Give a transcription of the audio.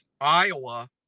Iowa